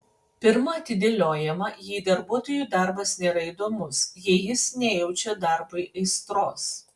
pirma atidėliojama jei darbuotojui darbas nėra įdomus jei jis nejaučia darbui aistros